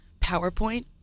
PowerPoint